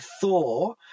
thor